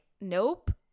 nope